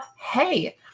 hey